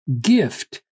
gift